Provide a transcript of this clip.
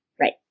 Right